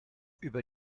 über